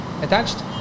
attached